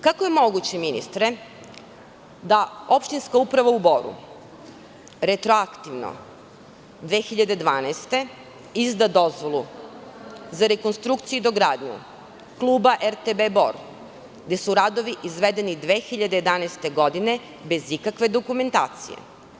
Kako je moguće, ministre, da opštinska uprava u Boru retroaktivno, 2012. godine, izda dozvolu za rekonstrukciju i dogradnju kluba RTB Bor, gde su radovi izvedeni 2011. godine bez ikakve dokumentacije?